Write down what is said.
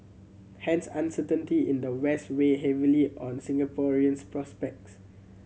hence uncertainty in the West weigh heavily on Singapore's prospects